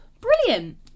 Brilliant